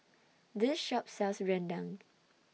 This Shop sells Rendang